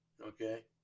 Okay